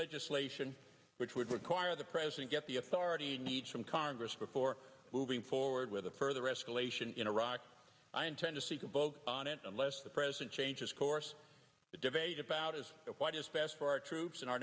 legislation which would require the president get the authority needs from congress before moving forward with a further escalation in iraq i intend to seek a vote on it unless the present changes course the debate about is what is best for our troops and our